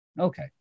Okay